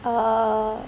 err